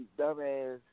dumbass